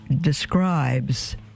describes